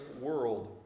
world